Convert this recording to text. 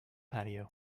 patio